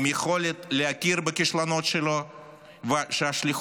עם יכולת להכיר בכישלונות שלו ושהשליחות